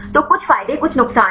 तो कुछ फायदे कुछ नुकसान हैं